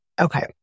Okay